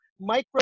micro